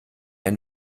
ein